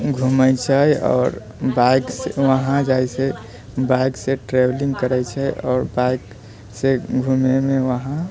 घुमै छै आओर बाइकसँ वहाँ जाइ छै बाइकसँ ट्रेवलिंग करै छै आओर बाइकसँ घुमैमे वहाँ